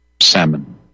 salmon